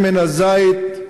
שמן הזית.